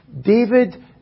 David